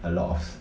a lot of